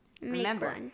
remember